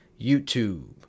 YouTube